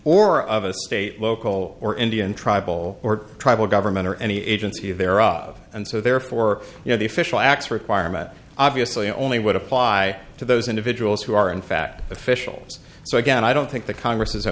or of a state local or indian tribal or tribal government or any agency of their of and so therefore you know the official acts requirement obviously only would apply to those individuals who are in fact officials so again i don't think the congress is a